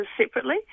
separately